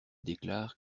déclare